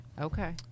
Okay